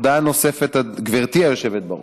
הודעה נוספת: גברתי היושבת בראש,